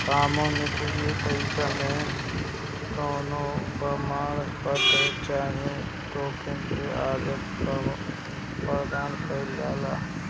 commodity पईसा मे कवनो प्रमाण पत्र चाहे टोकन से आदान प्रदान कईल जाला